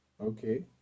Okay